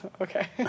Okay